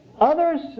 Others